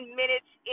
minutes